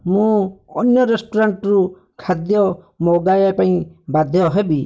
ମୁଁ ଅନ୍ୟ ରେଷ୍ଟୁରେଣ୍ଟ୍ରୁ ଖାଦ୍ୟ ମଗାଇବାପାଇଁ ବାଧ୍ୟ ହେବି